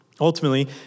Ultimately